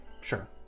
Sure